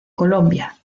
colombia